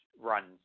runs